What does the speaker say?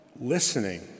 listening